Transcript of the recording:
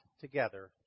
together